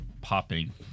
popping